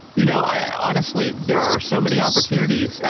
you know honestly, there are so many opportunities.